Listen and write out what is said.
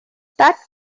that